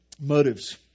Motives